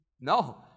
No